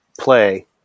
play